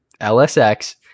LSX